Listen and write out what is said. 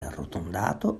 arrotondato